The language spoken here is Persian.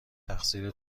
تقصیر